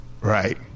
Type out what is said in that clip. Right